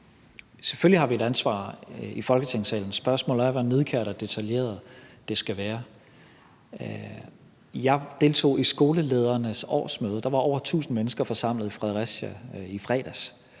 Selvfølgelig har vi et ansvar i Folketingssalen. Spørgsmålet er, hvor nidkært og detaljeret det skal være. Jeg deltog i skoleledernes årsmøde. Der var over 1.000 mennesker forsamlet i Fredericia i fredags,